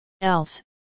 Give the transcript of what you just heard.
Else